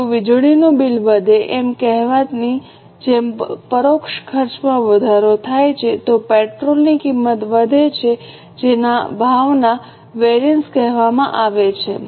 જો વીજળીનું બિલ વધે એમ કહેવાની જેમ પરોક્ષ ખર્ચમાં વધારો થાય છે તો પેટ્રોલની કિંમત વધે છે જેને ભાવના વેરિએન્સ કહેવામાં આવે છે